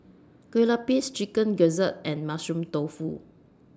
Kue Lupis Chicken Gizzard and Mushroom Tofu